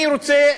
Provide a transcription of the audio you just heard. אני רוצה